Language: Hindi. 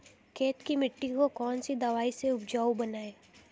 खेत की मिटी को कौन सी दवाई से उपजाऊ बनायें?